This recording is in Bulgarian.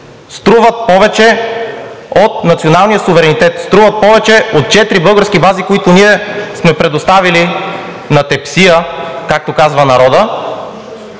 струват повече от националния суверенитет, струват повече от четири български бази, които ние сме предоставили на тепсия, както казва народът?